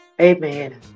amen